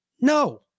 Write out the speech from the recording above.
no